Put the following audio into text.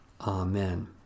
Amen